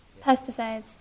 pesticides